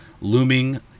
looming